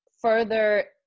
further